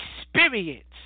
experience